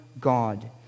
God